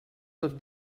tot